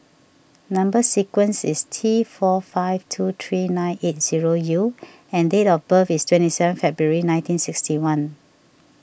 Number Sequence is T four five two three nine eight zero U and date of birth is twenty seven February nineteen sixty one